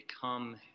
come